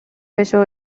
بشه